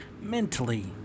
mentally